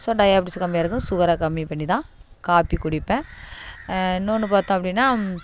so diabetes கம்மியாக இருக்கணும் சுகரை கம்மி பண்ணிதான் காப்பி குடிப்பேன் இன்னொன்ற பார்த்தோம் அப்படின்னா